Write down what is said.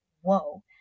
whoa